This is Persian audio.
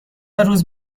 روز